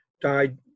died